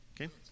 Okay